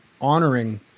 honoring